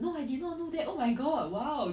you really just get thrown into jail